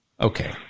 Okay